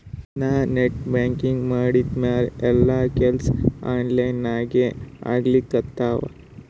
ನಾ net banking ಮಾಡಿದ್ಮ್ಯಾಲ ಎಲ್ಲಾ ಕೆಲ್ಸಾ ಆನ್ಲೈನಾಗೇ ಆಗ್ಲಿಕತ್ತಾವ